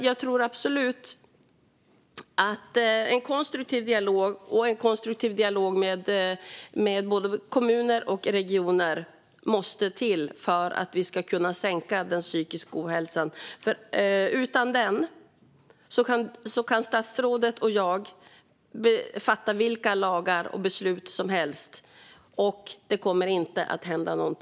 Jag tror dock absolut att en konstruktiv dialog med både kommuner och regioner måste till för att vi ska kunna minska den psykiska ohälsan. Utan den kan statsrådet och jag fatta beslut och stifta lagar om vad som helst, och det kommer ändå inte att hända något.